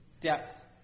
depth